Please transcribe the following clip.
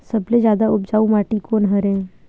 सबले जादा उपजाऊ माटी कोन हरे?